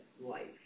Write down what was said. life